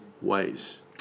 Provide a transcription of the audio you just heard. ways